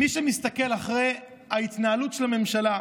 מי שמסתכל על ההתנהלות של הממשלה,